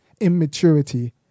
immaturity